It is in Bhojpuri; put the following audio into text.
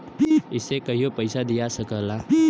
इसे कहियों पइसा दिया सकला